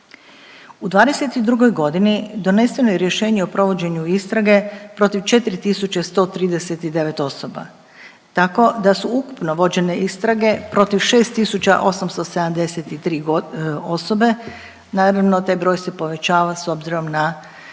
U '22. godini doneseno je rješenje o provođenju istrage protiv 4.139 osoba. Tako da su ukupno vođene istrage protiv 6.873 osobe naravno taj broj se povećava s obzirom na